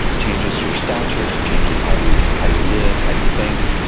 changes your stature, changes how you how you live, how you think.